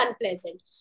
unpleasant